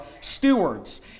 stewards